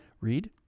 Read